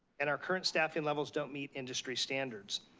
and our current staffing levels don't meet industry standards.